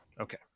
okay